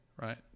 right